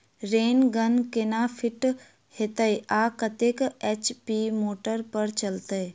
Rain gun केना fit हेतइ आ कतेक एच.पी मोटर पर चलतै?